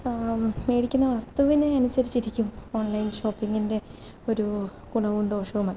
മേടിക്കുന്ന വസ്തുവിനെ അനുസരിച്ചിരിക്കും ഓണ്ലൈന് ഷോപ്പിങ്ങിന്റെ ഒരു ഗുണവും ദോഷവുമൊക്കെ